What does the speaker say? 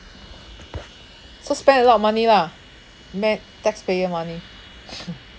so spend a lot of money lah mo~ taxpayer money